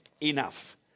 enough